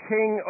King